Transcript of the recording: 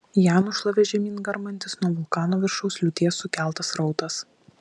ją nušlavė žemyn garmantis nuo vulkano viršaus liūties sukeltas srautas